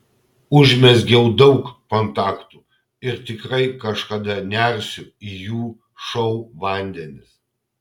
užmezgiau daug kontaktų ir tikrai kažkada nersiu į jų šou vandenis